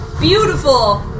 Beautiful